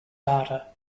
data